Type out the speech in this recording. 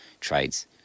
trades